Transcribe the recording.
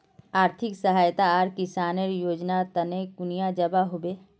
आर्थिक सहायता आर किसानेर योजना तने कुनियाँ जबा होबे?